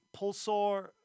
Pulsar